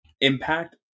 impact